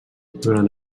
durant